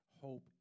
hope